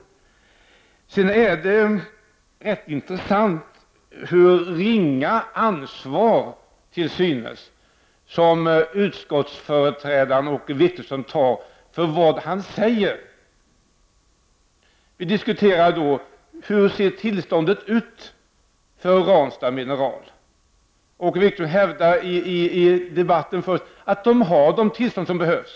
Det är rätt intressant hur ringa ansvar som utskottsföreträdaren Åke Wictorsson synes ta för vad han säger. Vi diskuterar hur Ranstad Mineralstillstånd ser ut, och Åke Wictorsson hävdar i debatten först att man har de tillstånd som behövs.